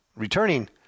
returning